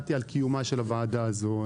ידעתי על קיומה של הוועדה הזאת.